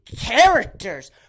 characters